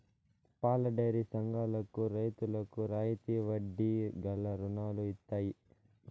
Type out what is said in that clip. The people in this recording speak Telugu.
పాలడైరీ సంఘాలకు రైతులకు రాయితీ వడ్డీ గల రుణాలు ఇత్తయి